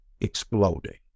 exploding